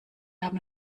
haben